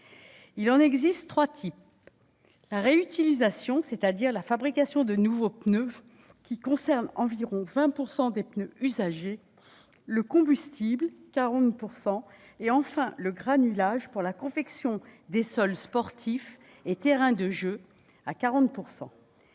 Il en existe trois types : la réutilisation, c'est-à-dire la fabrication de nouveaux pneus, qui concerne environ 20 % des pneus usagés, le combustible, qui en concerne 40 %, et, enfin, la granulation pour la confection de sols sportifs et terrains de jeux pour